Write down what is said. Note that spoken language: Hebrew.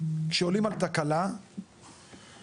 סעיף בחוזה אומר שאתה מנחה אותם מעת לעת אם להוריד,